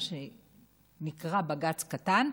מה שנקרא בג"ץ קטן,